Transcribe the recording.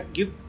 Give